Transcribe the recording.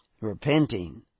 repenting